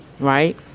right